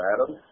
Adam